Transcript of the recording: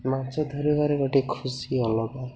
ମାଛ ଧରିବାରେ ଗୋଟଏ ଖୁସି ଅଲଗା